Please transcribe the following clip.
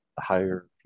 higher